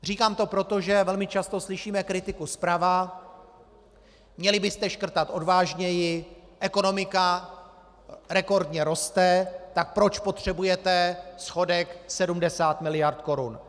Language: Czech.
Říkám to proto, že velmi často slyšíme kritiku zprava měli byste škrtat odvážněji, ekonomika rekordně roste, tak proč potřebujete schodek 70 mld. korun.